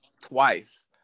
twice